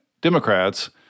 Democrats